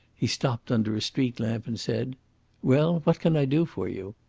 he stopped under a street lamp, and said well, what can i do for you?